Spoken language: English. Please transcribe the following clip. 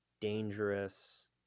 dangerous